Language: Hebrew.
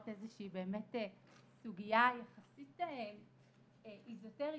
באמת כאיזו שהיא סוגיה יחסית איזוטורית.